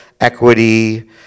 equity